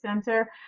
Center